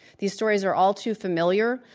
these stories are all too familiar.